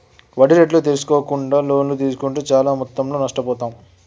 వడ్డీ రేట్లు తెల్సుకోకుండా లోన్లు తీస్కుంటే చానా మొత్తంలో నష్టపోతాం